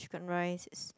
chicken rice is